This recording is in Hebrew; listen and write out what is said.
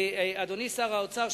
אדוני שר האוצר,